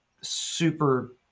super